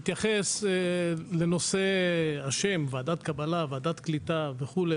אתייחס לנושא השם, ועדת קבלה, ועדת קליטה וכו'.